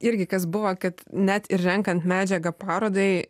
irgi kas buvo kad net ir renkant medžiagą parodai